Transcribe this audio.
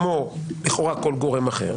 כמו לכאורה כל גורם אחר,